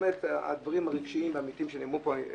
הדברים הרגשיים והאמיתיים שנאמרו פה,